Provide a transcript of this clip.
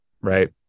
right